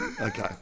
Okay